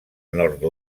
nord